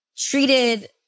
treated